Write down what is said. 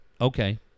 okay